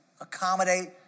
Accommodate